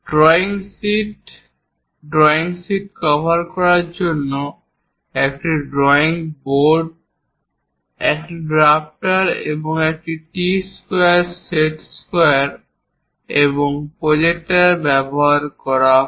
drawing sheet drawing sheet cover করার জন্য একটি ড্রয়িং বোর্ড একটি ড্রাফটার বা একটি টি স্কোয়ার সেট স্কোয়ার এবং প্রটেক্টর ব্যবহার করা হয়